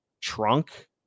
trunk